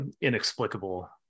inexplicable